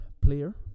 player